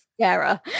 Sarah